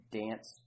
dance